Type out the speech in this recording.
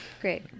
Great